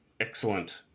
excellent